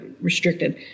restricted